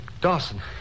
Dawson